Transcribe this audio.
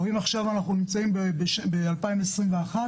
אנחנו נמצאים עכשיו ב-2021.